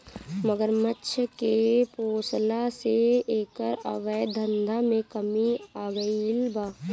मगरमच्छ के पोसला से एकर अवैध धंधा में कमी आगईल बा